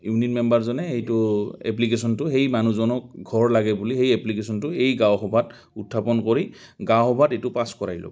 unit মেম্বাৰজনে এইটো এপ্লিকেশ্যনটো সেই মানুহজনক ঘৰ লাগে বুলি সেই এপ্লিকেশ্যনটো এই গাঁও সভাত উত্থাপন কৰি গাঁও সভাত এইটো পাছ কৰাই ল'ব